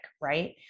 right